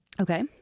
Okay